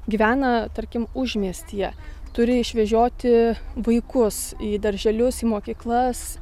gyvena tarkim užmiestyje turi išvežioti vaikus į darželius į mokyklas